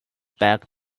back